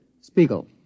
Spiegel